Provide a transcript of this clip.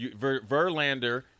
Verlander